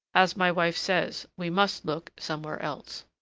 as my wife says, we must look somewhere else.